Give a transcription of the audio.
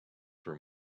for